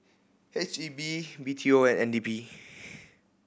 H E B B T O and N D P